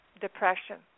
depression